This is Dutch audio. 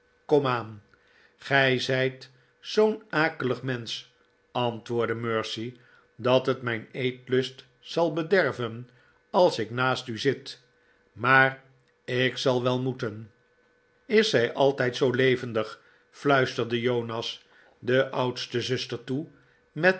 gij zijt zoo'n akelig mensch antwoordde mercy dat het mijn eetlust zal bederven als ik naast u zit maar ik zal wel moeten is zij altijd zoo levendig fluisterde jonas de oudste zuster toe met